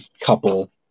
couple